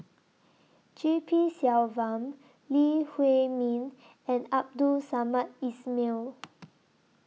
G P Selvam Lee Huei Min and Abdul Samad Ismail